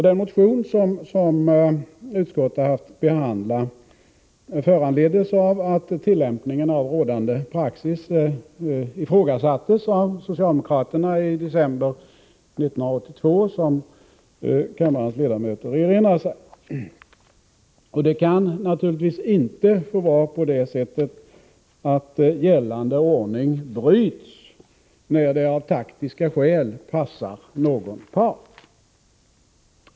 Vår motion, som utskottet har haft att behandla, föranleddes av att tillämpningen av rådande praxis ifrågasattes av socialdemokraterna i december 1982, som kammarens ledamöter erinrar sig. Det kan naturligtvis inte få vara så att gällande ordning bryts när det av taktiska skäl passar någon part.